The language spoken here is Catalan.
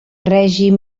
règim